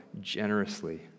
generously